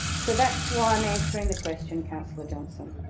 so that's why i'm answering the question, councillor johnston.